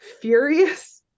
furious